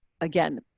again